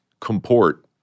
comport